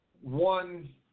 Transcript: one